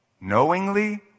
knowingly